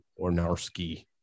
ornarski